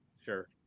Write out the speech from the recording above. Sure